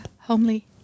homely